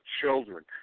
children